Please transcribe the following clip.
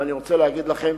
ואני רוצה להגיד לכם,